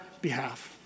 behalf